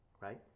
right